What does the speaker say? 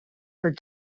her